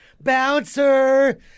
Bouncer